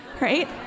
right